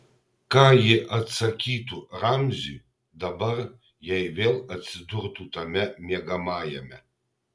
ką ji atsakytų ramziui dabar jei vėl atsidurtų tame miegamajame